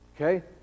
okay